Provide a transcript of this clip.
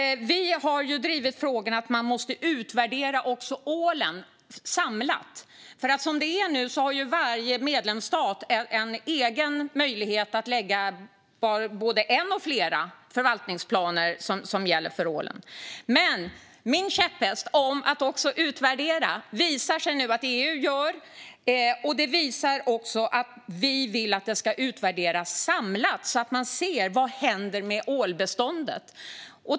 Vi har drivit frågan att man måste utvärdera även ålen samlat. Som det är nu har varje medlemsstat en egen möjlighet att lägga fram både en och flera förvaltningsplaner för ålen. Min käpphäst är att också utvärdera, och det visar det sig nu att EU gör. Vi vill att detta ska utvärderas samlat, så att man ser vad som händer med ålbeståndet.